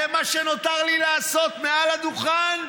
זה מה שנותר לי לעשות מעל הדוכן?